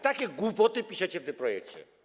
Takie głupoty piszecie w tym projekcie.